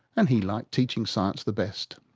and he liked teaching science the best.